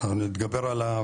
אז אמרתי קודם,